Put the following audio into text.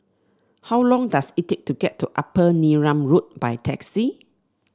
how long does it take to get to Upper Neram Road by taxi